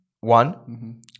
One